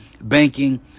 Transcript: banking